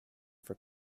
for